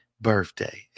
birthday